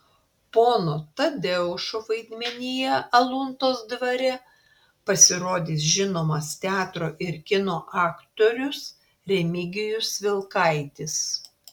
pono tadeušo vaidmenyje aluntos dvare pasirodys žinomas teatro ir kino aktorius remigijus vilkaitis